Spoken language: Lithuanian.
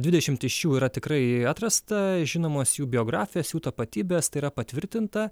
dvidešimt iš jų yra tikrai atrasta žinomos jų biografijos jų tapatybės tai yra patvirtinta